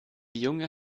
junge